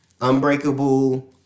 unbreakable